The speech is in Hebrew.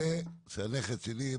אני רוצה שהדברים האלה יהיו כתובים.